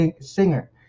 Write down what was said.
Singer